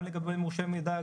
גם לגבי מורשה מידע,